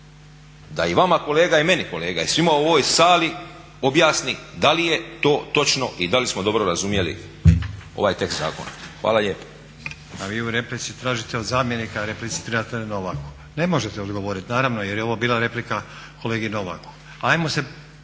da i vama kolega i meni kolega i svima u ovoj sali objasni da li je to točno i da li smo dobro razumjeli ovaj tekst zakona. Hvala lijepa. **Stazić, Nenad (SDP)** Vi tražite od zamjenika a replicirate Novaku. Ne možete odgovoriti naravno jer je ovo bila replika kolegi Novaku.